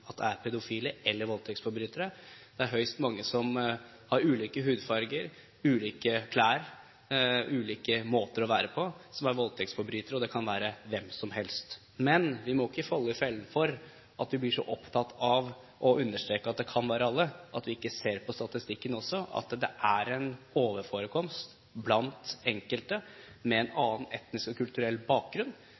at det er de som er pedofile, eller voldtektsforbrytere. Det er svært mange med ulik hudfarge, ulike klær, ulike måter å være på, som er voldtektsforbrytere. Det kan være hvem som helst. Men vi må ikke gå i den fellen at vi blir så opptatt av å understreke at det kan være alle, at vi ikke også ser på statistikken og ser at det er en høyere forekomst blant enkelte med en annen etnisk og kulturell bakgrunn.